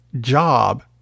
job